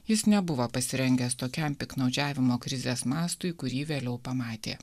jis nebuvo pasirengęs tokiam piktnaudžiavimo krizės mastui kurį vėliau pamatė